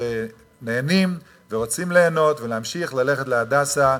שנהנים ורוצים ליהנות ולהמשיך ללכת ל"הדסה"